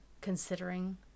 considering